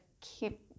keep